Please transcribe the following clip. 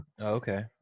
Okay